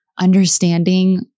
understanding